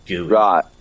Right